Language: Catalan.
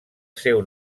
seu